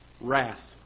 wrath